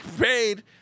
paid